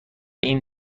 این